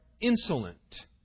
insolent